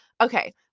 okay